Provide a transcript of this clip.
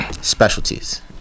specialties